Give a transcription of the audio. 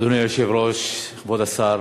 אדוני היושב-ראש, כבוד השר,